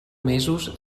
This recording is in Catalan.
mesos